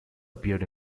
appeared